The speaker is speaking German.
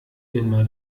immer